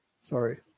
Sorry